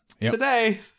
Today